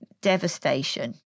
devastation